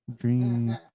dream